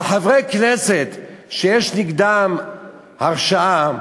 אבל חברי כנסת שיש נגדם הרשעה,